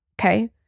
Okay